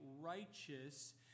righteous